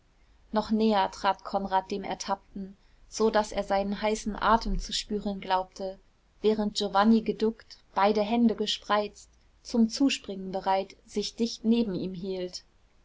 noch näher trat konrad dem ertappten so daß er seinen heißen atem zu spüren glaubte während giovanni geduckt beide hände gespreizt zum zuspringen bereit sich dicht neben ihm hielt